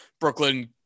Brooklyn